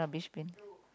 a rubbish bin